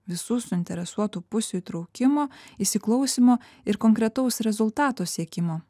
visų suinteresuotų pusių įtraukimo įsiklausymo ir konkretaus rezultato siekimo